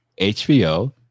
HBO